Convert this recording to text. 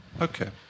Okay